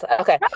okay